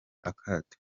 akato